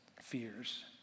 fears